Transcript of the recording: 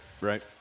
Right